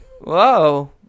whoa